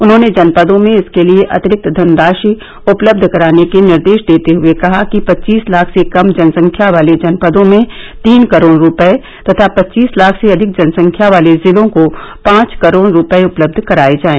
उन्होंने जनपदों में इसके लिए अतिरिक्त धनराशि उपलब्ध कराने के निर्देश देते हए कहा कि पच्चीस लाख से कम जनसंख्या वाले जनपदों में तीन करोड़ रुपए तथा पच्चीस लाख से अधिक जनसंख्या वाले जिलों को पांच करोड़ रुपए उपलब्ध कराए जाएं